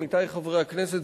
עמיתי חברי הכנסת,